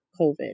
COVID